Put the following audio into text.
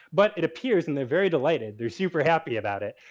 but it appears, and they're very delighted, they're super happy about it,